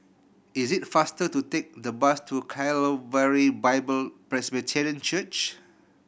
is it faster to take the bus to Calvary Bible Presbyterian Church